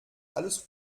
alles